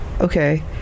okay